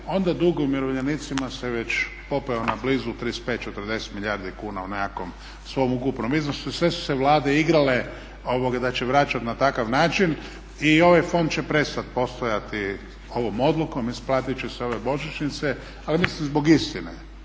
onda dug umirovljenicima se već popeo na blizu 35-40 milijardi kuna u nekakvom svom ukupnom iznosu. I sve su se Vlade igrale da će vraćat na takav način i ovaj fond će prestat postojati ovom odlukom, isplatit će se ove božićnice, ali mislim zbog istine,